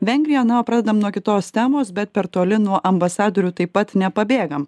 vengrija na o pradedam nuo kitos temos bet per toli nuo ambasadorių taip pat nepabėgam